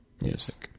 Yes